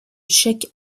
cheikh